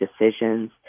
decisions